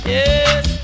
Yes